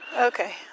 Okay